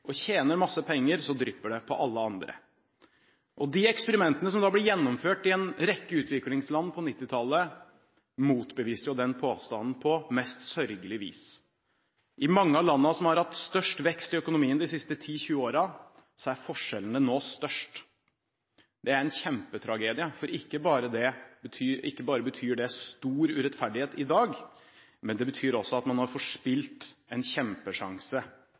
og tjener masse penger, drypper det på alle andre. De eksperimentene som ble gjennomført i en rekke utviklingsland på 1990-tallet, motbeviste jo den påstanden på det mest sørgelige vis. I mange av landene som har hatt størst vekst i økonomien de siste ti–tjue årene, er forskjellene nå størst. Det er en kjempetragedie, for ikke bare betyr det stor urettferdighet i dag, men det betyr også at man har forspilt en kjempesjanse